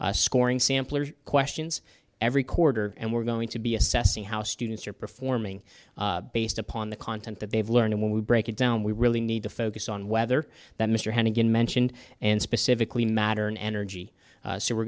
areas scoring samplers questions every quarter and we're going to be assessing how students are performing based upon the content that they've learned and when we break it down we really need to focus on whether that mr hannigan mentioned and specifically matter and energy so we're